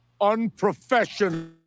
unprofessional